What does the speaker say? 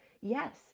Yes